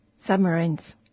submarines